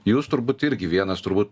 jūs turbūt irgi vienas turbū